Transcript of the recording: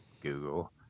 Google